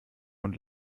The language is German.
und